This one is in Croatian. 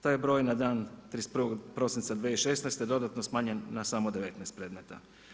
Taj je broj na dan 31. prosinca 2016. dodatno smanjen na samo 19 predmeta.